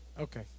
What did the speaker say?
Okay